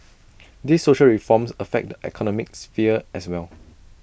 these social reforms affect the economic sphere as well